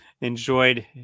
enjoyed